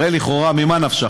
הרי לכאורה, ממה נפשך?